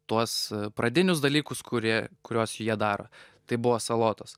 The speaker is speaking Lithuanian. tuos pradinius dalykus kurie kuriuos jie daro tai buvo salotos